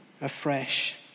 afresh